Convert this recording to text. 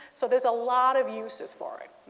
so there's a lot of uses for it.